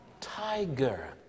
tiger